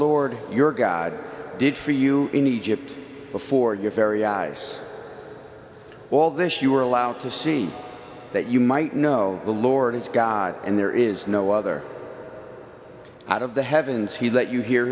lord your god did for you in egypt before your very eyes all this you were allowed to see that you might know the lord is god and there is no other out of the heavens he let you hear